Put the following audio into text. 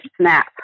snap